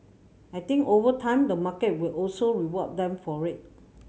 I think over time the market will also reward them for it